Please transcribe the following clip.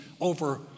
over